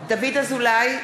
דוד אזולאי,